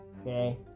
Okay